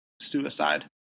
suicide